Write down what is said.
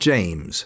James